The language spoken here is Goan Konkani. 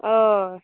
होय